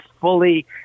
fully